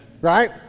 right